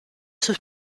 sus